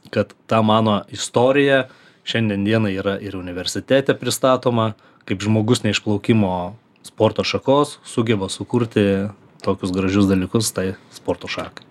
kad ta mano istorija šiandien dienai yra ir universitete pristatoma kaip žmogus ne iš plaukimo sporto šakos sugeba sukurti tokius gražius dalykus tai sporto šakai